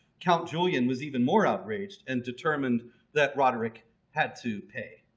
count julian was even more outraged and determined that roderic had to pay.